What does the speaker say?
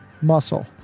muscle